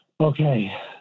Okay